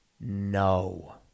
no